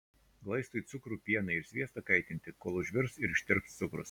glaistui cukrų pieną ir sviestą kaitinti kol užvirs ir ištirps cukrus